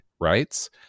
writes